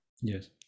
Yes